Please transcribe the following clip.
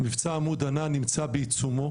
מבצע "עמוד ענן" נמצא בעיצומו